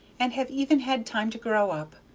and have even had time to grow up.